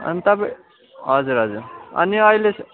अनि तपाईँ हजुर हजुर अनि अहिले